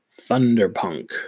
Thunderpunk